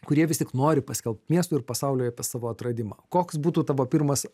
kurie vis tik nori paskelbt miestui ir pasauliui apie savo atradimą koks būtų tavo pirmas